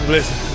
Listen